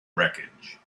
wreckage